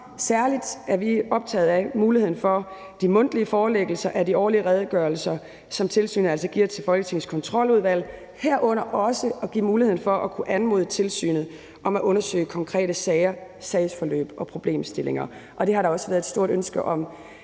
Særlig er vi optaget af muligheden for de mundtlige forelæggelser af de årlige redegørelser, som tilsynet altså giver til Folketingets Kontroludvalg, herunder også muligheden for at anmode tilsynet om at undersøge konkrete sager, sagsforløb og problemstillinger. Det har der også været et stort ønske om